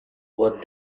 what